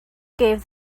gave